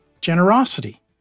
generosity